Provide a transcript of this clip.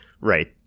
right